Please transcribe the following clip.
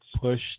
push